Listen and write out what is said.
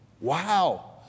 Wow